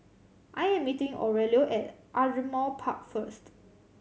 I'm meeting Aurelio at Ardmore Park first